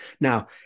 Now